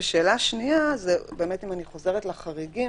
ושאלה שנייה זה באמת אם אני חוזרת לחריגים,